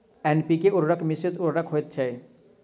NPK उर्वरक मिश्रित उर्वरक होइत छै